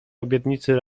obietnicy